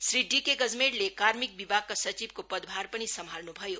Shri DK गजमेरले कार्मिक विभागका सचिवको पदभार पनि सम्हाल्नु भयो